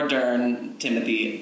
Dern-Timothy